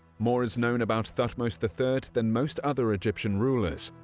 more is known about thutmose the third than most other egyptian rulers,